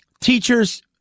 Teachers